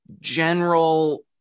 general